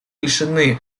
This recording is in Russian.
лишены